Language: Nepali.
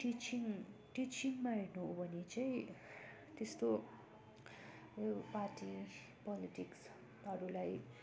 टिचिङ टिचिङमा हेर्नु हो भने चाहिँ त्यस्तो उयो पार्टी पोलिटिक्सहरूलाई